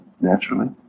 naturally